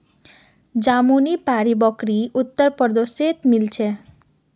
जमानुपारी बकरी उत्तर प्रदेशत मिल छे